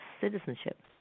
citizenship